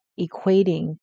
equating